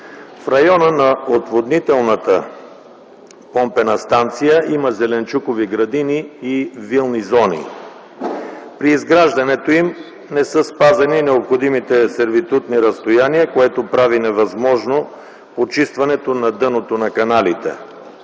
В района на отводнителната помпена станция има зеленчукови градини и вилни зони. При изграждането им не са спазени необходимите сервитутни разстояния, което прави невъзможно почистването на дъното на каналите.